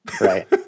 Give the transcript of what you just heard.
right